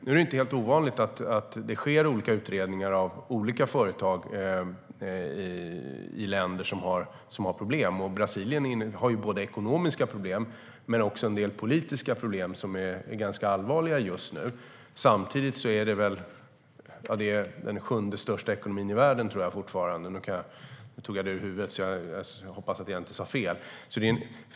Nu är det inte helt ovanligt att det sker utredningar av olika företag i länder som har problem. Brasilien har både ekonomiska problem och en del politiska problem som är ganska allvarliga just nu. Samtidigt är det, tror jag, fortfarande den sjunde största ekonomin i världen - nu tog jag detta ur huvudet, så jag hoppas att jag inte säger fel.